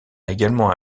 également